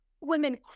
women